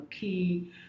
key